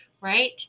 right